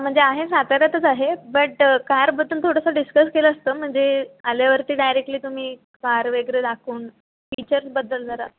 म्हणजे आहे साताऱ्यातच आहे बट कारबद्दल थोडंस डिस्कस केलं असतं म्हणजे आल्यावरती डायरेक्टली तुम्ही कार वगैरे दाखवून फीचर्सबद्दल जरा